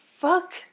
fuck